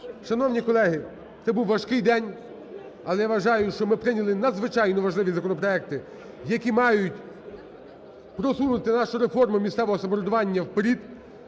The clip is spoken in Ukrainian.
Шановні колеги, це був важкий день, але я вважаю, що ми прийняли надзвичайно важливі законопроекти, які мають просунути нашу реформу місцевого самоврядування вперед.